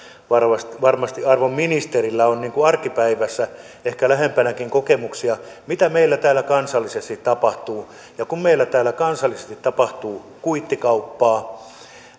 varmasti varmasti arvon ministerillä on niin kuin arkipäivässä ehkä lähempänäkin kokemuksia mitä meillä täällä kansallisesti tapahtuu meillä täällä kansallisesti tapahtuu kuittikauppaa